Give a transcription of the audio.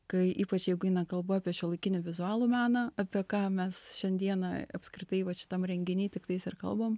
kai ypač jeigu nekalba apie šiuolaikinį vizualų meną apie ką mes šiandieną apskritai vat šitam renginį tiktais ir kalbam